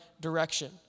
direction